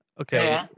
okay